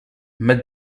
matt